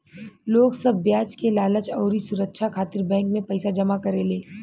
लोग सब ब्याज के लालच अउरी सुरछा खातिर बैंक मे पईसा जमा करेले